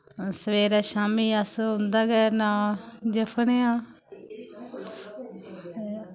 सबेरे शामी अस उं'दा गै नांऽ जप्पने आं